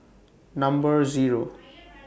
Number Zero